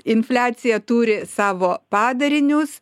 infliacija turi savo padarinius